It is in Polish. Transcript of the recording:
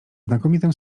znakomitym